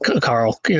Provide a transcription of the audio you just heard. Carl